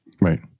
Right